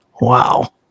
Wow